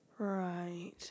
right